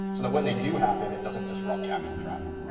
so that when they do happen, it doesn't disrupt the actual traffic flow.